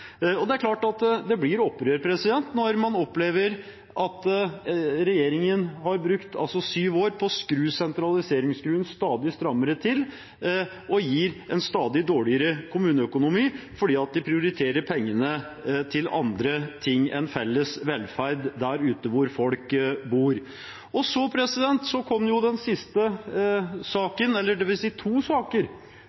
når man opplever at regjeringen har brukt sju år på å skru sentraliseringsskruen stadig strammere til og gir en stadig dårligere kommuneøkonomi fordi de prioriterer pengene til andre ting enn felles velferd der ute hvor folk bor. Så kom den siste saken, eller det vil si to saker, i går og i dag. Den